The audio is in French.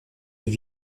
deux